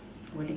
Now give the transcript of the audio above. what thing